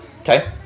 okay